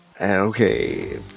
Okay